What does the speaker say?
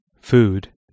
food